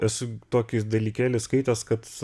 esu tokius dalykėlį skaitęs kad